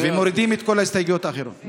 מורידים את כל ההסתייגויות האחרות.